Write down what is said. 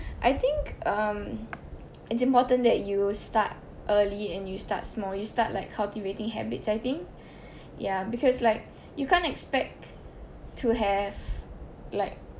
I think um it's important that you start early and you start small you start like cultivating habits I think ya because like you can't expect to have like